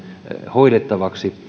hoidettavakseen